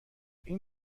این